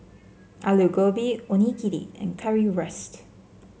Alu Gobi Onigiri and Currywurst